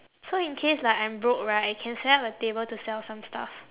so in case like I'm broke right I can set up a table to sell some stuff